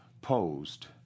posed